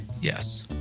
Yes